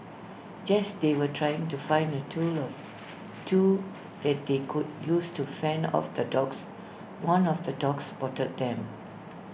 just they were trying to find A tool of two that they could use to fend off the dogs one of the dogs spotted them